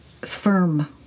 firm